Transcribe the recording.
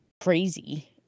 crazy